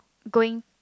going